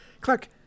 Clark